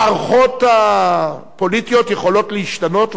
המערכות הפוליטיות יכולות להשתנות,